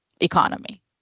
economy